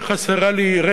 שלם על הכול,